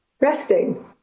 resting